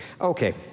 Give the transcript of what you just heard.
Okay